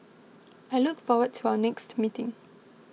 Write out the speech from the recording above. I look forward to our next meeting